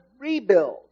rebuild